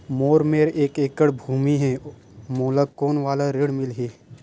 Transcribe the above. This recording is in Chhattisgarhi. मोर मेर एक एकड़ भुमि हे मोला कोन वाला ऋण मिलही?